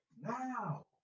Now